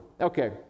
okay